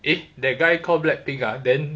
eh that guy called pig ah then